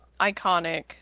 Iconic